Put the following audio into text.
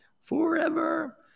Forever